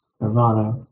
nirvana